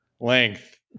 length